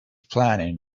planning